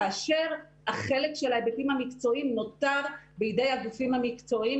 כאשר החלק של ההיבטים המקצועיים נותר בידי הגופים המקצועיים,